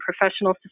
professional